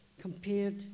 compared